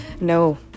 No